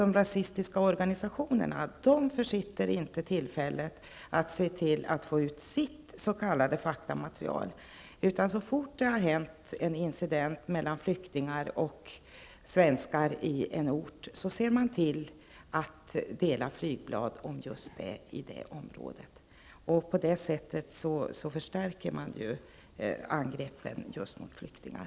De rasistiska organisationerna försitter inte tillfället att få ut sitt s.k. faktamaterial. Så fort det har varit en incident med svenskar och flyktingar på en ort, ser de till att dela ut flygblad i just det området. På det sättet förstärker man angreppen just mot flyktingar.